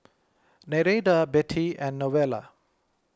Nereida Bettie and Novella